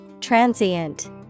Transient